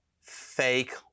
fake